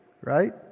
right